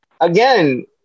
Again